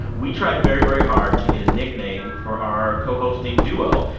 we tried very, very hard to get a nickname for our co-hosting duo.